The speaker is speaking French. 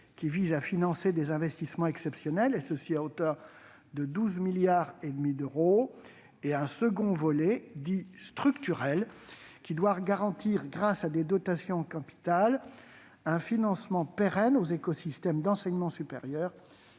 », vise à financer des investissements exceptionnels, à hauteur de 12,5 milliards d'euros. Un second volet, dit « structurel », doit garantir, grâce à des dotations en capital, un financement pérenne aux écosystèmes d'enseignement supérieur,